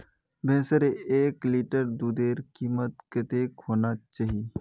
भैंसेर एक लीटर दूधेर कीमत कतेक होना चही?